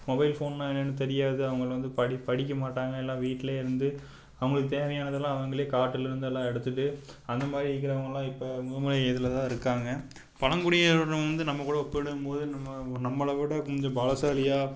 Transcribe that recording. mobile ஃபோன்னால் என்னன்னு தெரியாது அவங்கள வந்து படி படிக்க மாட்டாங்க எல்லா வீட்லேயே இருந்து அவங்களுக்கு தேவையானதெல்லாம் அவங்களே காட்டிலிருந்து எல்லாம் எடுத்துட்டு அந்த மாதிரி இருக்கிறவங்களாம் இப்போ முதுமலை இதில்தான் இருக்காங்க பழங்குடியினரை வந்து நம்ம கூட ஒப்பிடும்போது நம்ம நம்மளை விட கொஞ்சம் பலசாலியாக